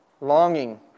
longing